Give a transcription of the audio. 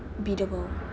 biddable